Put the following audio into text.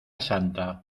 santa